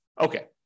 Okay